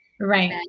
Right